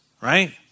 right